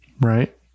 right